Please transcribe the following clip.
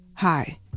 Hi